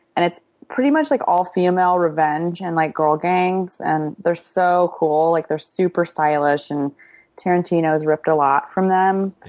and it's pretty much like all female revenge and like girl gangs. and they're so cool, like they're super stylish and tarantino's ripped a lot from them.